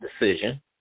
decision